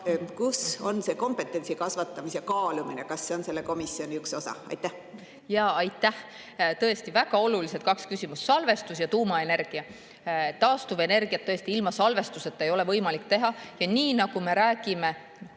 Kus on see kompetentsi kasvatamise kaalumine? Kas see on selle komisjoni üks osa? Aitäh! Tõesti väga olulised kaks küsimust: salvestus ja tuumaenergia. Taastuvenergiat tõesti ilma salvestuseta ei ole võimalik [toota]. Nii nagu me räägime